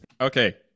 Okay